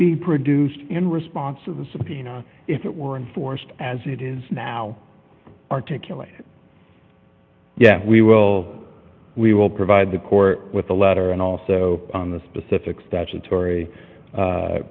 be produced in response to the subpoena if it were enforced as it is now articulated yes we will we will provide the court with the letter and also on the specific statutory